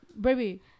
baby